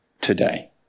today